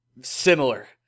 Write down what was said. similar